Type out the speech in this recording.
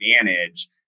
advantage